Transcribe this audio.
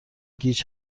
گیج